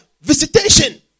Visitation